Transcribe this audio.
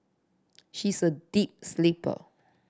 she is a deep sleeper